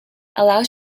allows